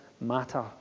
matter